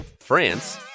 France